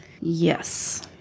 Yes